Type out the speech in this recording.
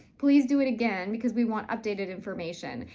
please do it again because we want updated information,